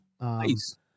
Nice